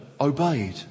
obeyed